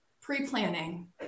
pre-planning